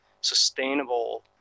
sustainable